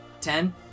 Ten